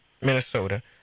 Minnesota